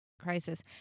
crisis